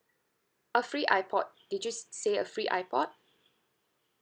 a free ipod did you s~ say a free ipod